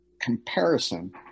comparison